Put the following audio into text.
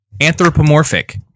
Anthropomorphic